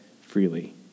freely